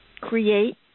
create